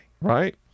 right